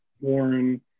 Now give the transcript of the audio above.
Warren